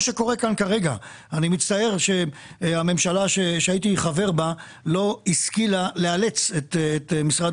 אני מצטער שהממשלה שהייתי חבר בה לא השכילה לאלץ את משרד